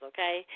Okay